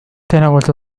تناولت